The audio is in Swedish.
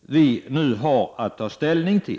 vi nu har att behandla.